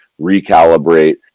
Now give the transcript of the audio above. recalibrate